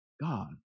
God